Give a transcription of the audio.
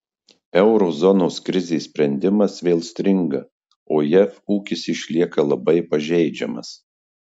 euro zonos krizės sprendimas vėl stringa o jav ūkis išlieka labai pažeidžiamas